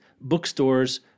bookstores